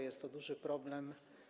Jest to duży problem.